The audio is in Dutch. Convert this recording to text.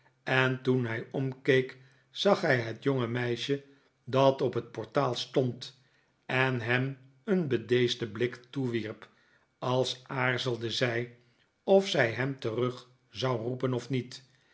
en toen hij omkeek zag hij het jonge meisje dat op het portaal stond en hem een bedeesden blik toewierp als aarzelde zij of zij hem terug zou roepen of niet